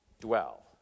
Dwell